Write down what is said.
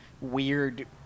weird